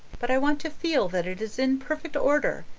but i want to feel that it is in perfect order,